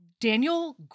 Daniel